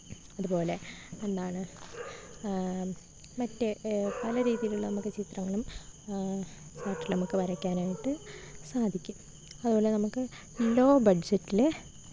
അതുപോലെ എന്താണ് മറ്റ് പല രീതിയിലുള്ള നമുക്ക് ചിത്രങ്ങളും ചാര്ട്ടിൽ നമുക്ക് വരയ്ക്കാനായിട്ട് സാധിക്കും അതുപോലെ നമുക്ക് ലോ ബഡ്ജറ്റിൽ